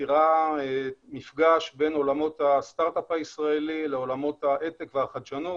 ויצירת מפגש בין עולמות הסטארט אפ הישראלי לעולמות ההיי-טק והחדשנות.